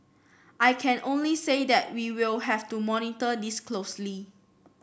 I can only say that we will have to monitor this closely